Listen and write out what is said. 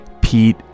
Pete